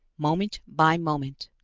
moment by moment.